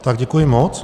Tak děkuji moc.